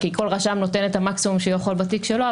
כי כל רשם נותן את המקסימום שהוא יכול בתיק שלו,